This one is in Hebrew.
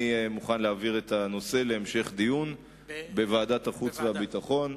אני מוכן להעביר את הנושא להמשך דיון בוועדת החוץ והביטחון.